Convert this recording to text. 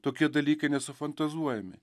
tokie dalykai nesufantazuojami